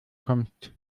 kommst